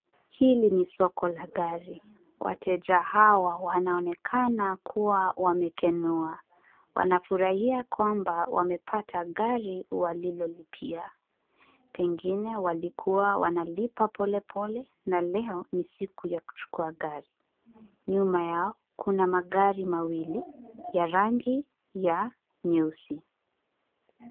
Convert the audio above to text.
Hili ni soko la gari. Wateja hawa wanaonekana kuwa wamekenua. Wamefurahia kwamba wamepata gari walilolipia. Pengine walikuwa wanalipa polepole na leo ni siku ya kuchukua gari. Nyuma yao kuna magari mawili ya rangi ya nyeusi.